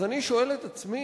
אז אני שואל את עצמי,